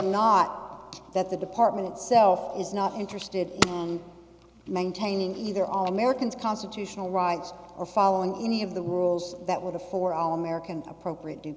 not that the department itself is not interested in maintaining either all americans constitutional rights or following any of the walls that were the for all american appropriate